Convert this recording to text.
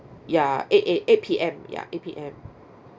ya eight eight eight P_M ya eight P_M